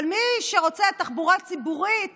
אבל מי שרוצה תחבורה ציבורית